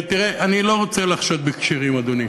תראה, אני לא רוצה לחשוד בכשרים, אדוני,